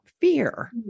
fear